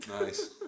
Nice